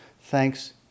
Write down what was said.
Thanks